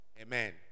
Amen